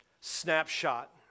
snapshot